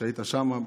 כשהיית שם,